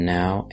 now